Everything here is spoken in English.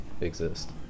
exist